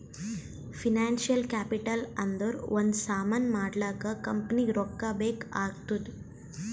financial capital ಅಂದುರ್ ಒಂದ್ ಸಾಮಾನ್ ಮಾಡ್ಲಾಕ ಕಂಪನಿಗ್ ರೊಕ್ಕಾ ಬೇಕ್ ಆತ್ತುದ್